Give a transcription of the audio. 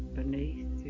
beneath